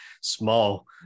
small